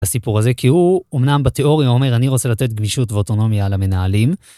הסיפור הזה כי הוא אמנם בתיאוריה אומר אני רוצה לתת גמישות ואוטונומיה למנהלים.